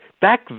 back